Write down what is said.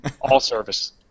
all-service